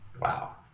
Wow